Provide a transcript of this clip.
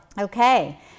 Okay